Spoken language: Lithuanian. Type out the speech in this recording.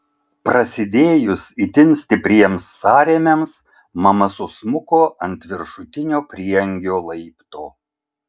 prasidėjus itin stipriems sąrėmiams mama susmuko ant viršutinio prieangio laipto